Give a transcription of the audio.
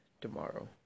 tomorrow